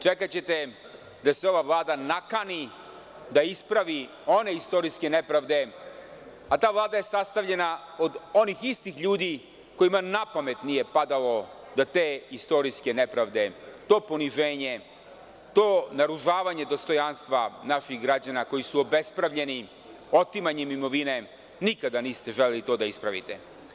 Čekaćete da se ova Vlada nakani, da ispravi one istorijske nepravde, a ta Vlada je sastavljena od onih istih ljudi kojima na pamet nije padalo da te istorijske nepravde, to poniženje, to naružavanje dostojanstva naših građana koji su obespravljeni otimanjem imovine, nikada niste želeli to da ispravite.